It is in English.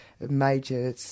major